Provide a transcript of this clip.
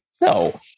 no